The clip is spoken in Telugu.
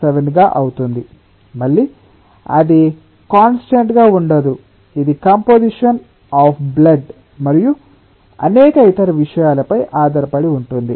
7 గా అవుతుంది మళ్ళీ అది కన్స్టంట్ గా ఉండదు ఇది కంపోసిషన్ అఫ్ బ్లడ్ మరియు అనేక ఇతర విషయాలపై ఆధారపడి ఉంటుంది